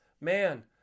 man